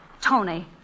Tony